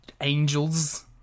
angels